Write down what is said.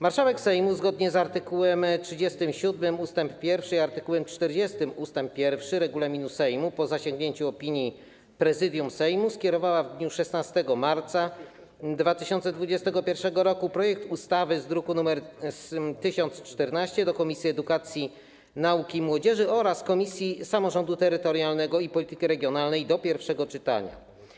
Marszałek Sejmu zgodnie z art. 37 ust. 1 i art. 40 ust. 1 regulaminu Sejmu, po zasięgnięciu opinii Prezydium Sejmu, skierowała w dniu 16 marca 2021 r. projekt ustawy z druku nr 1014 do Komisji Edukacji, Nauki i Młodzieży oraz Komisji Samorządu Terytorialnego i Polityki Regionalnej do pierwszego czytania.